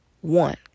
One